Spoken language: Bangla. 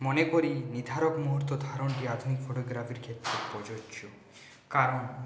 মনে করি নির্ধার মুহুর্ত ধারণকে আপনি ফটোগ্রাফির ক্ষেত্রে প্রযোজ্য কারণ